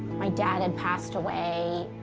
my dad had passed away.